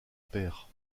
père